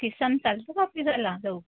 किसान चालतो का फिरायला जाऊ